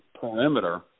perimeter